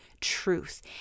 truth